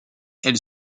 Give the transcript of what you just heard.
elle